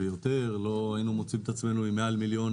לא היינו מוצאים את עצמנו עם מעל מיליון